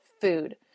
food